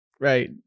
Right